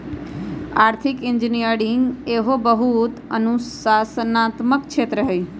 आर्थिक इंजीनियरिंग एहो बहु अनुशासनात्मक क्षेत्र हइ